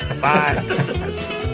Bye